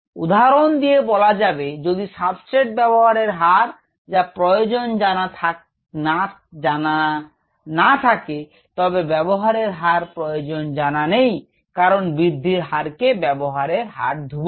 উদাহরণ দিয়ে বলা যাবে যদি সাবস্ট্রেট ব্যবহারের হার যা প্রয়োজন জানা না থাকে তবে ব্যবহারের হার প্রয়োজন জানা নেই কারণ বৃদ্ধির হারকে ব্যবহারের হার ধ্রুবক